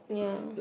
yeah